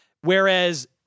Whereas